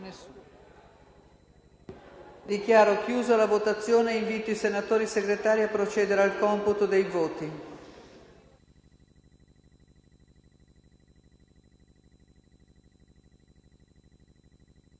Dichiaro chiusa la votazione e invito i senatori Segretari a procedere al computo dei voti.